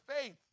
faith